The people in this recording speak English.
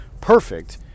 perfect